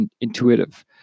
intuitive